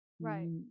Right